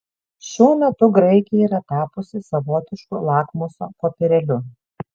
šiuo metu graikija yra tapusi savotišku lakmuso popierėliu